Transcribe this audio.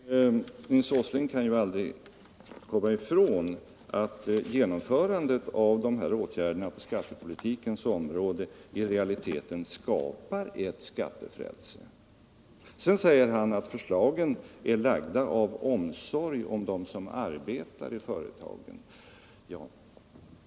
Herr talman! Nils Åsling kan aldrig komma ifrån att genomförandet av regeringens förslag på skattepolitikens område i realiteten skapar ett skattefrälse. Nils Åsling säger att förslagen är lagda av omsorg om dem som arbetar i företagen.